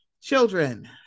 children